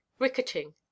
ricketing